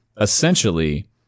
Essentially